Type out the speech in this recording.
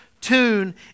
tune